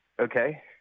Okay